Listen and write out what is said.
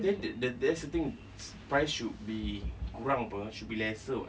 then that that that's the thing price should be kurang apa should be lesser [what]